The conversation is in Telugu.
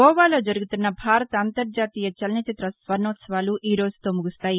గోవాలో జరుగుతున్న భారత అంతర్జాతీయ చలన చిత్ర స్వర్ణోత్సవాలు ఈ రోజుతో ముగుస్తాయి